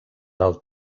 del